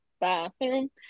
bathroom